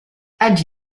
hadj